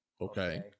Okay